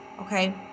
okay